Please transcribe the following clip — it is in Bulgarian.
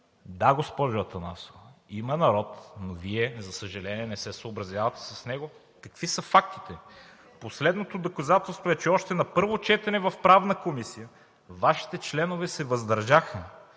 Да, госпожо Атанасова, има народ, но Вие, за съжаление, не се съобразявате с него. Какви са фактите? Последното доказателство е, че още на първото четене в Правната комисия Вашите членове се въздържаха